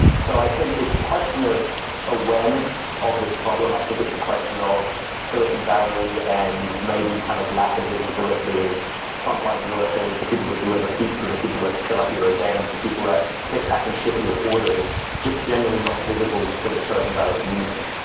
so i think it's a question of awareness of this problem. i think it's a question of silicon valley and maybe kind of lack of visibility of frontline workers, the people that deliver pizza, the people that set up your event, the people that pick, pack and ship your orders just generally not visible to the silicon valley community.